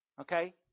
Okay